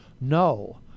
No